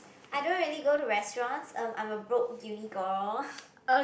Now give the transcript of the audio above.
I don't really go to restaurants um I'm a broke uni girl